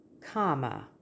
comma